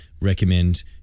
recommend